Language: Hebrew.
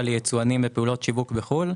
ליצואנים בפעולות שיווק בחוץ לארץ.